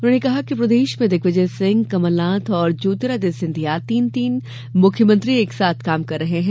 उन्होंने कहा कि प्रदेश में दिग्विजय सिंह कमलनाथ और ज्योतिरादित्य सिंधिया तीन तीन मुख्यमंत्री एकसाथ काम कर रहे हैं